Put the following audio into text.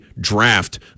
draft